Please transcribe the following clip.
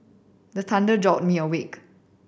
the thunder jolt me awake